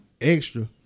extra